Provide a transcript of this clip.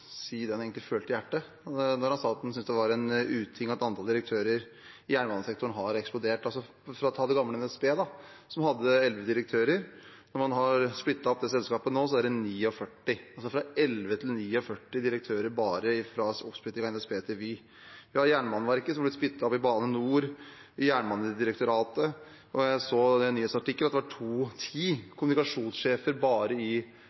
si det han egentlig følte i hjertet, da han sa at han syntes det var en uting at antallet direktører i jernbanesektoren har eksplodert. For å ta det gamle NSB, som hadde 11 direktører: Når man nå har splittet opp selskapet, er det 49, altså fra 11 til 49 direktører bare i oppsplittingen av NSB til Vy. Vi har Jernbaneverket, som har blitt splittet opp til Bane NOR og Jernbanedirektoratet, og jeg så i en nyhetsartikkel at det var ti kommunikasjonssjefer bare i